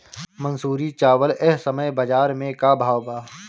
मंसूरी चावल एह समय बजार में का भाव बा?